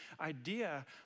idea